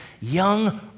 young